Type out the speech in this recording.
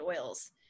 oils